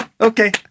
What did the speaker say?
Okay